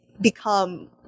become